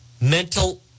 mental